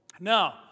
Now